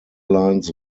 lines